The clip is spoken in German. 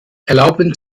erlauben